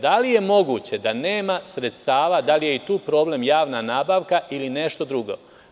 Da li je moguće da nema sredstava, da li je i tu problem javna nabavka ili nešto drugo?